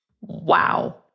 Wow